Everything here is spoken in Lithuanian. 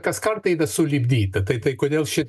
kas kartą eina sulipdyta tai tai kodėl ši